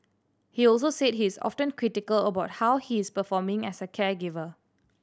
he also said he is often critical about how he is performing as a caregiver